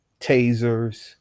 tasers